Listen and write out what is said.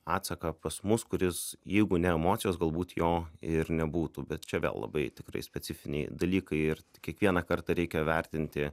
atsaką pas mus kuris jeigu ne emocijos galbūt jo ir nebūtų bet čia vėl labai tikrai specifiniai dalykai ir kiekvieną kartą reikia vertinti